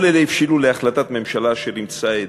כל אלה הבשילו להחלטת הממשלה אשר אימצה את